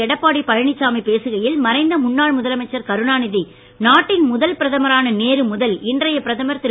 எடப்பாடி பழனிசாமி பேசுகையில் மறைந்த முன்னாள் முதலமைச்சர் கருணாநிதி நாட்டின் முதல் பிரதமரான நேரு முதல் இன்றைய பிரதமர் திரு